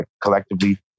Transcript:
collectively